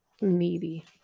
Needy